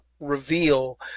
Reveal